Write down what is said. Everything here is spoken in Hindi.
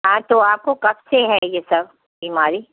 हाँ तो आपको कब से है यह सब बीमारी